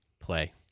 play